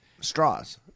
Straws